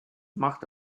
macht